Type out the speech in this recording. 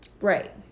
Right